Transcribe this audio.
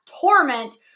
Torment